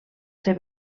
ser